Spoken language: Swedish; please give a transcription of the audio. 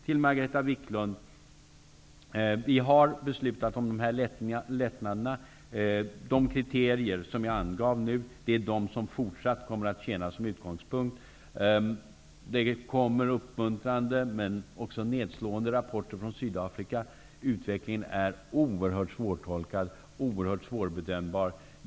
Till Margareta Viklund vill jag säga att vi har beslutat om dessa lättnader, och de kriterier som jag angav här är de som fortsatt kommer att tjäna som utgångspunkt. Det kommer uppmuntrande men också nedslående rapporter från Sydafrika. Utvecklingen är oerhört svårtolkad och svårbedömbar.